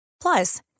Plus